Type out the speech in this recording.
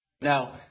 Now